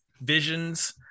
Visions